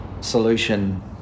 solution